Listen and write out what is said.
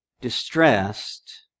distressed